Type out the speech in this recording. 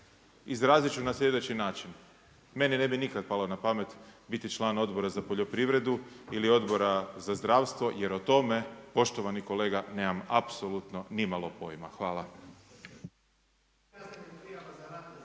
izrazit ću na sljedeći način, meni ne bi nikada palo na pamet biti član Odbora za poljoprivredu ili Odbora za zdravstvo jer o tome poštovani kolega nemam apsolutno nimalo pojma. Hvala.